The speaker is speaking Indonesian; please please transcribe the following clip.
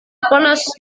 panas